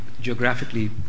geographically